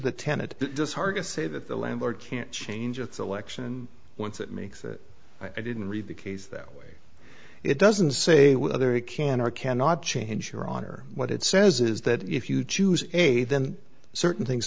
tenet just hard to say that the landlord can't change its election once it makes that i didn't read the case that way it doesn't say whether it can or cannot change your honor what it says is that if you choose a then certain things